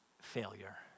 failure